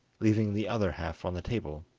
leaving the other half on the table.